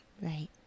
Right